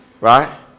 right